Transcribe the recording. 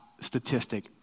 statistic